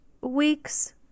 week's